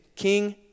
King